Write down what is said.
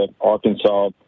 arkansas